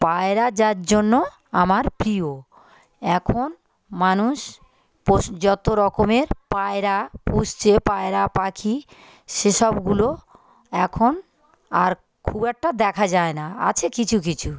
পায়রা যার জন্য আমার প্রিয় এখন মানুষ যতরকমের পায়রা পুষছে পায়রা পাখি সেসবগুলো এখন আর খুব একটা দেখা যায় না আছে কিছু কিছু